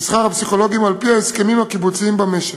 בשכר הפסיכולוגים על-פי ההסכמים הקיבוציים במשק.